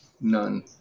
None